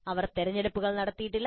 അവർ തിരഞ്ഞെടുപ്പുകൾ നടത്തിയിട്ടില്ല